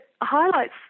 highlights